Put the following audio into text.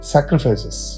Sacrifices